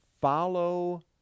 follow